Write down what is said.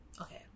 Okay